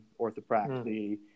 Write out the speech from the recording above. orthopraxy